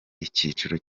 icyiciro